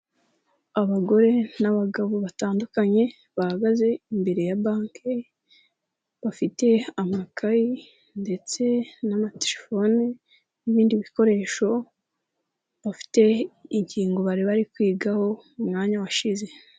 Abagore n'abagabo batandukanye, bahagaze imbere ya banke, bafite amakayi ndetse n'amaterefone n'ibindi bikoresho, bafite ingingo bari bari kwigaho umwanya washize.